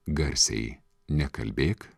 garsiai nekalbėk